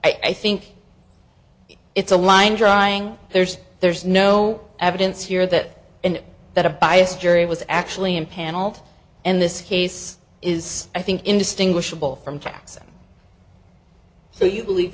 i think it's a line drying there's there's no evidence here that and that a biased jury was actually impaneled in this case is i think indistinguishable from facts so you believe